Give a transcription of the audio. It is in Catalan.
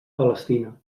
palestina